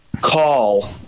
call